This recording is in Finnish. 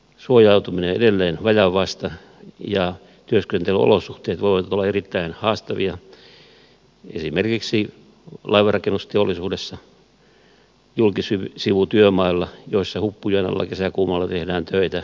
suojautuminen on edelleen vajavaista ja työskentelyolosuhteet voivat olla erittäin haastavia esimerkiksi laivanrakennusteollisuudessa julkisivutyömailla joissa huppujen alla kesäkuumalla tehdään töitä